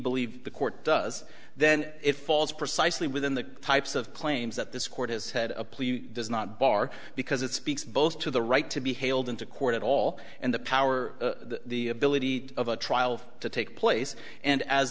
believe the court does then it falls precisely within the types of claims that this court has had a plea does not bar because it speaks both to the right to be hailed into court at all and the power to the ability of a trial to take place and as